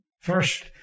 First